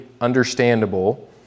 understandable